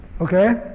Okay